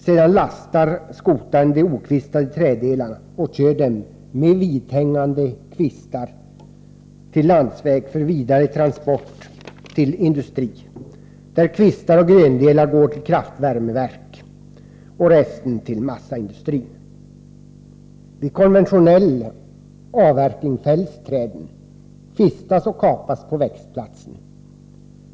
Sedan lastar skotaren de okvistade träddelarna och kör dem med vidhängande kvistar till landsväg för vidare transport till industri, där kvistar och grendelar går till kraftvärmeverk och resten till massaindustri. Vid konventionell avverkning fälls träden, kvistas och kapas på växtplatsen.